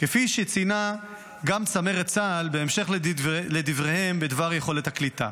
כפי שציינה גם צמרת צה"ל בהמשך לדבריהם בדבר יכולת הקליטה.